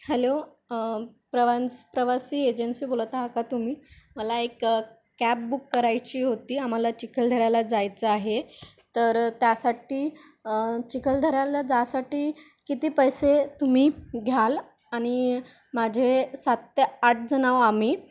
hello प्रवान्स प्रवासी agency बोलत आहात का तुम्ही मला एक कॅब बुक करायची होती आम्हाला चिखलधऱ्याला जायचं आहे तर त्यासाठी चिखलधऱ्याला जासाठी किती पैसे तुम्ही घ्याल आणि माझे सात ते आठ जण आहोत आम्ही